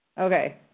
Okay